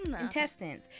Intestines